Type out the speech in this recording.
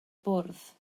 bwrdd